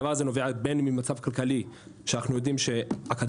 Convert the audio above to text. המצב הזה נובע בין אם ממצב כלכלי שאנחנו יודעים שאקדמאים